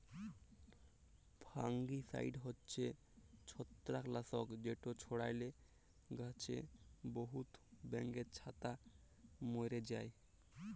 fungicide হছে ছত্রাক লাসক যেট ছড়ালে গাহাছে বহুত ব্যাঙের ছাতা ম্যরে যায়